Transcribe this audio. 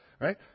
Right